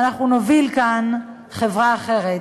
ונוביל כאן חברה אחרת.